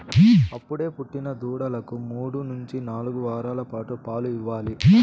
అప్పుడే పుట్టిన దూడలకు మూడు నుంచి నాలుగు వారాల పాటు పాలు ఇవ్వాలి